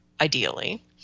ideally